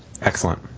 excellent